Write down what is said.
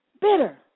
bitter